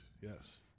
Yes